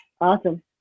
awesome